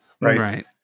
right